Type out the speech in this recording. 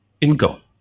income